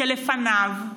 ולפניו,